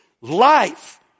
Life